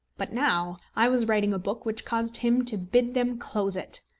but now i was writing a book which caused him to bid them close it!